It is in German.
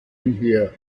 einher